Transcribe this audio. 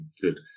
Good